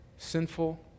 sinful